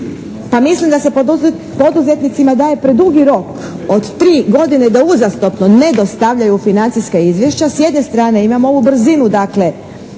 Pa mislim da se poduzetnicima daje predugi rok od 3 godine da uzastopno ne dostavljaju financijska izvješća. S jedne strane imamo ovu brzinu dakle,